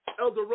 Elder